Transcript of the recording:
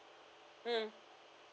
mm